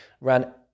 ran